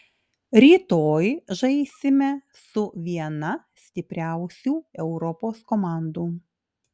rytoj žaisime su viena stipriausių europos komandų